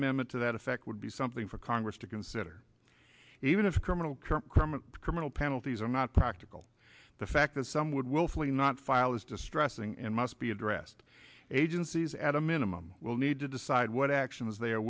amendment to that effect would be something for congress to consider even if criminal corrupt criminal criminal penalties are not practical the fact that some would willfully not file is distressing and must be addressed agencies at a minimum will need to decide what actions they are